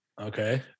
Okay